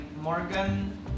Morgan